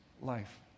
life